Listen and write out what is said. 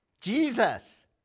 Jesus